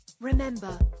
Remember